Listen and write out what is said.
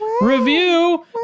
review